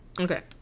Okay